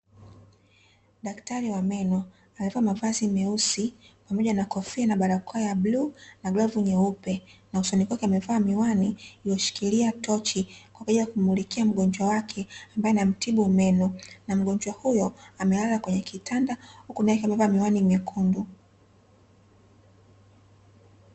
Daktari wa meno amevaa mavazi meusi pamoja na kofia na barakoa ya bluu na glavu nyeupe na usoni kwake amevaa miwani iliyoshikilia tochi kwa ajili ya kumuulikia mgonjwa wake ambae ana mtibu meno, na mgonjwa huyo amelala kwenye kitanda huku nae akiwa amevaa miwani nyekundu.